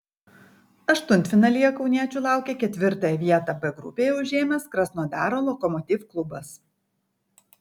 aštuntfinalyje kauniečių laukia ketvirtąją vietą b grupėje užėmęs krasnodaro lokomotiv klubas